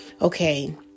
okay